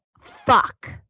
Fuck